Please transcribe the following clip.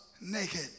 naked